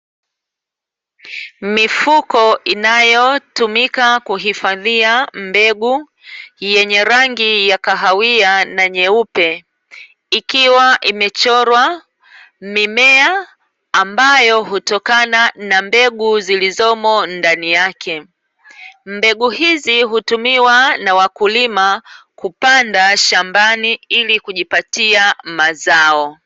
Mifuko inayotumika kuhifadhia mbegu yenye rangi ya kahawia na nyeupe ikiwa imechorwa mimea ambayo hutokana na mbegu zilizomo ndani yake. Mbegu hizi hutumiwa na wakulima kupanda shambani ili kujipatia mazao.